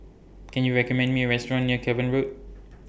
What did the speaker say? Can YOU recommend Me A Restaurant near Cavan Road